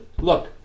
Look